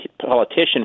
politician